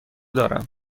دارم